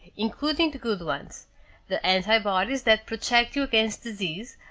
including the good ones the antibodies that protect you against disease,